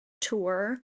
tour